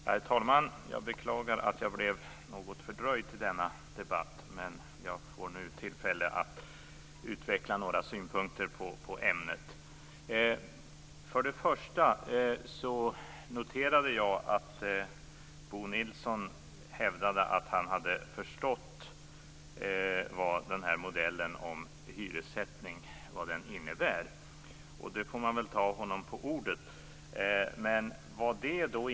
Herr talman! Jag beklagar att jag blev något fördröjd till denna debatt, men jag får nu tillfälle att utveckla några synpunkter på ämnet. Jag noterade att Bo Nilsson hävdade att han förstått vad modellen om hyressättning innebär, och man får väl då ta honom på orden.